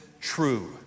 true